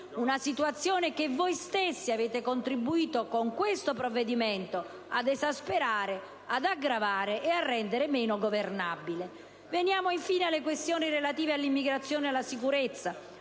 una situazione che voi stessi avete contribuito con questo provvedimento ad esasperare, ad aggravare e a rendere meno governabile. Veniamo infine alle questioni relative all'immigrazione e alla sicurezza,